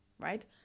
right